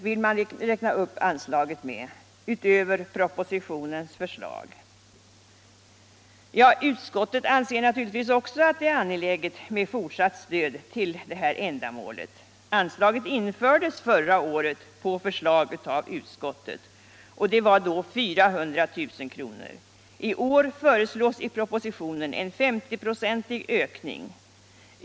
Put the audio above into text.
vill man räkna upp anslaget med utöver propositionens förslag. Utskottet anser naturligtvis också att det är angeläget med fortsatt stöd till detta ändamål. Anslaget infördes förra året på förslag av utskottet och var då 400 000 kr. I år föreslås i propositionen en 50-procentig ökning.